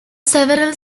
several